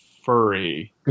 Furry